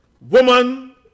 Woman